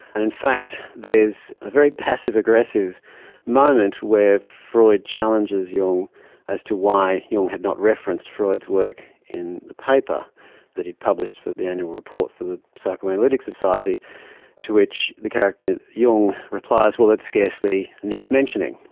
and in fact there's a very passive-aggressive moment where freud challenges jung as to why jung had not referenced freud's work in the paper that he'd published for the annual report for the psychoanalytic society to which the character jung replies, well it scarcely needs mentioning,